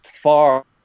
far